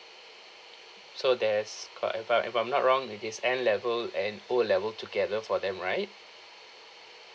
so there's co~ if I if I'm not wrong it is N level and O level together for them right